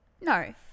No